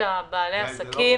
ובעלי העסקים